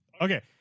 okay